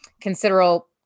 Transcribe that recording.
considerable